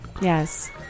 Yes